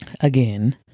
again